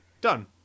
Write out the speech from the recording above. Done